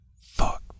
Fuck